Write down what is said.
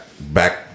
back